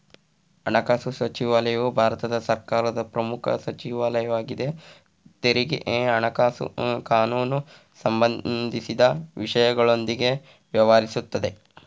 ಹಣಕಾಸು ಸಚಿವಾಲಯವು ಭಾರತ ಸರ್ಕಾರದ ಪ್ರಮುಖ ಸಚಿವಾಲಯವಾಗಿದೆ ತೆರಿಗೆ ಹಣಕಾಸು ಕಾನೂನು ಸಂಬಂಧಿಸಿದ ವಿಷಯಗಳೊಂದಿಗೆ ವ್ಯವಹರಿಸುತ್ತೆ